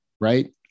right